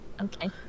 Okay